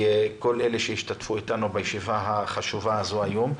שהשתתף איתנו בישיבה החשובה הזו היום.